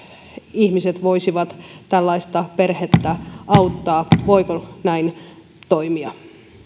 ihmiset voisivat tällaista perhettä auttaa voiko näin toimia